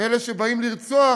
אלה שבאים לרצוח